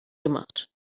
gemacht